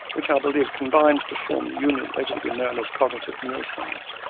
which, i believe, combined to form the union later to be known as cognitive neuroscience.